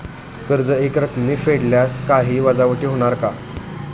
कर्ज एकरकमी फेडल्यास काही वजावट होणार का?